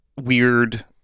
weird